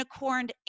unicorned